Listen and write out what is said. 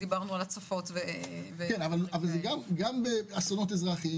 גם באסונות אזרחיים